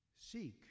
seek